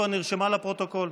ההתחייבות כבר נרשמה לפרוטוקול.